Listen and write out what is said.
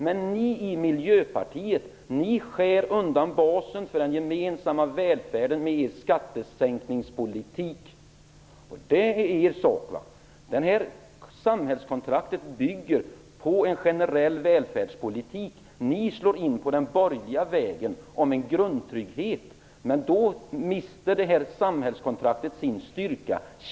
Men ni i Miljöpartiet skär av basen för den gemensamma välfärden med er skattesänkningspolitik. Det är er sak. Samhällskontraktet bygger på en generell välfärdspolitik. Ni slår in på den borgerliga vägen om en grundtrygghet, men då mister samhällskontraktet sin styrka.